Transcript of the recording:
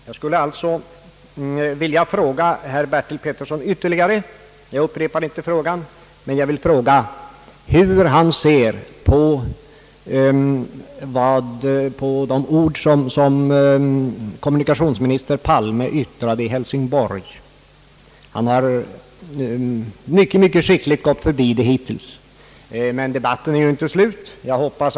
Jag skall inte upprepa den fråga jag ställde till herr Bertil Petersson, men jag undrar ändå hur herr Petersson ser på kommunikationsminister Palmes yttrande i Hälsingborg. Herr Petersson har mycket skickligt gått förbi detta hittills, men debatten är ju inte slut ännu.